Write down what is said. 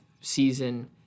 season